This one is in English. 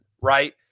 right